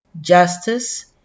Justice